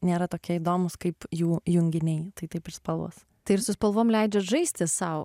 nėra tokie įdomūs kaip jų junginiai tai taip ir spalvos tai ir su spalvom leidžiat žaisti sau